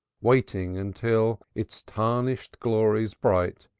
waiting until, its tarnished glories bright,